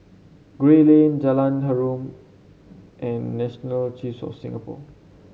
Gray Lane Jalan Harum and National Archives of Singapore